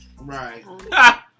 Right